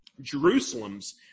Jerusalem's